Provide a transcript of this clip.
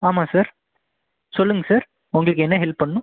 ஆமாம் சார் சொல்லுங்கள் சார் உங்களுக்கு என்ன ஹெல்ப் பண்ணனும்